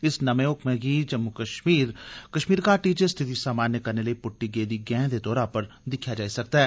इस नमें हुक्म गी कश्मीर घाटी च स्थिति सामान्य करने लेई पुट्टी गेदी गैंह दे तौरा पर बी दिक्खेया जाई सकदा ऐ